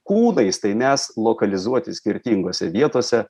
kūnais tai mes lokalizuoti skirtingose vietose